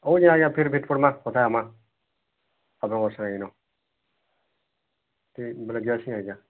ହଉ ଆଜ୍ଞା ଆଜ୍ଞା ଫିର୍ ଭେଟ୍ କର୍ମା କଥା ହେମା ଆପଣଙ୍କ ସାଙ୍ଗେନ ଠିକ୍ ବୋଲେ ଯାସି ଆଜ୍ଞା